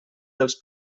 dels